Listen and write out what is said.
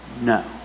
No